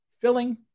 filling